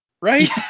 right